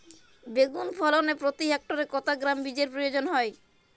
বেগুন ফলনে প্রতি হেক্টরে কত গ্রাম বীজের প্রয়োজন হয়?